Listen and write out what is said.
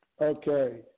Okay